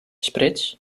spritz